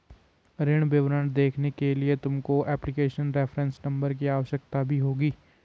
ऋण विवरण देखने के लिए तुमको एप्लीकेशन रेफरेंस नंबर की आवश्यकता भी होगी